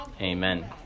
Amen